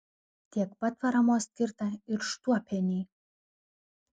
tiek pat paramos skirta ir štuopienei